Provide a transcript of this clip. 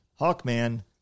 Hawkman